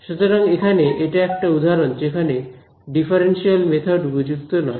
সুতরাং এখানে এটা একটা উদাহরণ যেখানে ডিফারেন্সিয়াল মেথড উপযুক্ত নয়